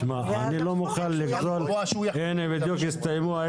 אתמול עצרנו את הדיון בהצבעה על ההסתייגויות